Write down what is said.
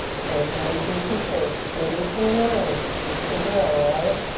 great. making some space. creating some room to grow, right?